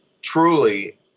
truly